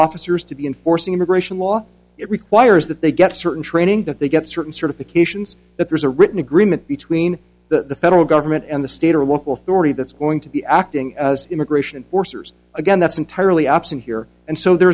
officers to be enforcing immigration law it requires that they get certain training that they get certain certifications that there's a written agreement between the federal government and the state or local authority that's going to be acting as immigration or cers again that's entirely absent here and so there